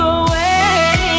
away